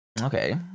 Okay